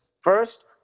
First